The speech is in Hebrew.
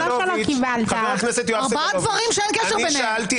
--- זה כמה דברים שאין קשר ביניהם.